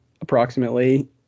approximately